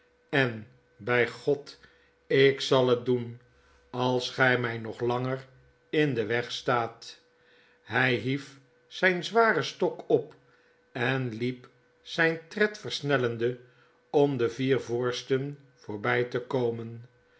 en bij god ik zal het doen als gij mfl nog langer in den weg staat f hij hief zjjn zwaren stok op en liep zfln tred versnellende om de vier voorsten voorbjj te komen